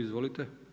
Izvolite.